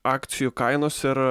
akcijų kainos ir